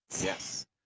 Yes